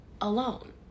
alone